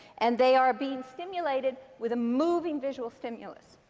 and they are being stimulated with a moving visual stimulus.